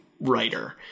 writer